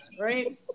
right